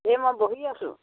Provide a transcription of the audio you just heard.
এই মই বহি আছোঁ